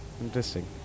Interesting